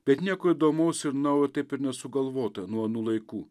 bet nieko įdomaus ir naujo taip ir nesugalvota nuo anų laikų